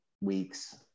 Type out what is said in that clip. weeks